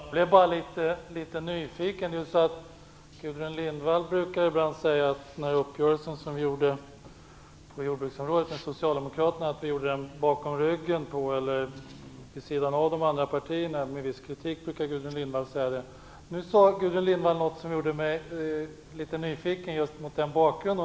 Fru talman! Jag blev bara litet nyfiken. Gudrun Lindvall brukar ibland säga att vi gjorde uppgörelsen med Socialdemokraterna på jordbruksområdet bakom ryggen eller vid sidan av de andra partierna. Det brukar Gudrun Lindvall säga med en viss kritik. Nu sade Gudrun Lindvall något som gjorde mig litet nyfiken just mot den bakgrunden.